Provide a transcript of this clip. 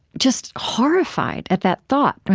just horrified at that thought.